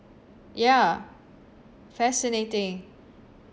ya fascinating